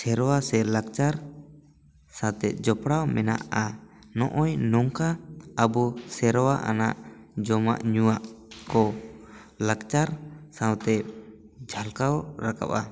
ᱥᱮᱨᱣᱟ ᱥᱮ ᱞᱟᱠᱪᱟᱨ ᱥᱟᱛᱮᱫ ᱡᱚᱯᱚᱲᱟᱣ ᱢᱮᱱᱟᱜᱼᱟ ᱱᱚᱜᱼᱚᱭ ᱱᱚᱝᱠᱟ ᱟᱵᱚ ᱥᱮᱨᱣᱟ ᱟᱱᱟᱜ ᱡᱚᱢᱟᱜ ᱧᱩᱭᱟᱜ ᱠᱚ ᱞᱟᱠᱪᱟᱨ ᱥᱟᱶᱛᱮ ᱡᱷᱟᱞᱠᱟᱣ ᱨᱟᱠᱟᱵᱟ